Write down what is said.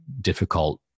difficult